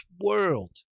world